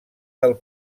del